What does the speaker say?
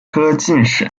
科进士